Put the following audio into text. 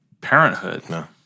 parenthood